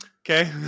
Okay